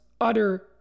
utter